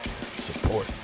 support